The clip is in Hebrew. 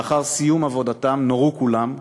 לאחר סיום עבודתם נורו כולם,